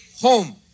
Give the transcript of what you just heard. home